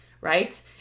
right